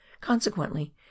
consequently